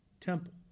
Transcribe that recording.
Temple